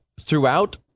Throughout